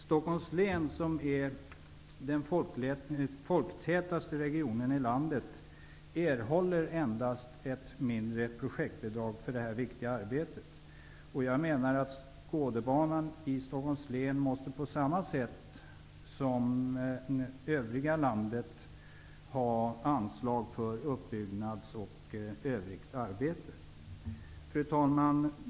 Stockholms län, som är den folktätaste regionen i landet, erhåller endast ett mindre projektbidrag för detta viktiga arbete. Jag menar att Nya skådebanan i Stockholms län måste ha samma rätt till anslag för uppbyggnad och fortsatt arbete som övriga landet.